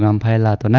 um pilot but